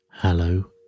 Hello